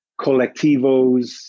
colectivos